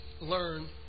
learn